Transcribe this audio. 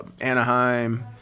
Anaheim